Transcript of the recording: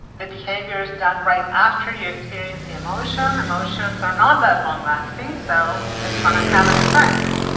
the behavior is done right after you experience the emotion. emotions are not that long-lasting, so it's going to have an effect.